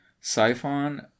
Siphon